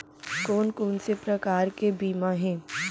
कोन कोन से प्रकार के बीमा हे?